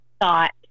Thought